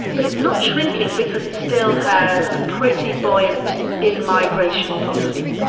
but it's not shrinking because it still has a pretty buoyant in-migration policy.